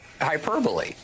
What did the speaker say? hyperbole